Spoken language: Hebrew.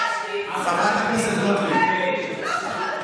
חברת הכנסת גוטליב,